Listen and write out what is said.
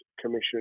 Commission